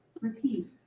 Repeat